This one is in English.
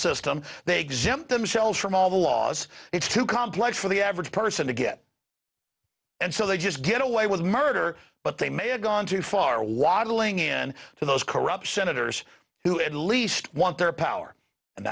they exempt themselves from all the laws it's too complex for the average person to get and so they just get away with murder but they may have gone too far waddling in to those corrupt senators who at least want their power and